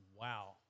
Wow